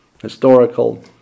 historical